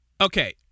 Okay